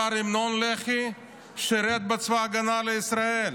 שר את המנון לח"י, שירת בצבא הגנה לישראל.